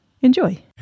Enjoy